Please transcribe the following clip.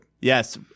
yes